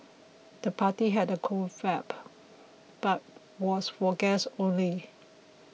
the party had a cool vibe but was for guests only